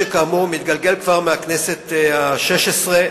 שכאמור מתגלגל כבר מהכנסת השש-עשרה,